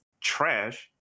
trash